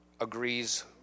agrees